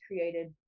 created